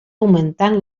augmentant